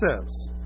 says